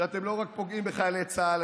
שאתם לא רק פוגעים בחיילי צה"ל,